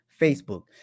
Facebook